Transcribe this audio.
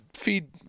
feed